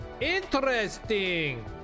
Interesting